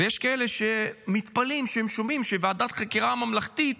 ויש כאלה שמתפלאים כשהם שומעים שוועדת החקירה הממלכתית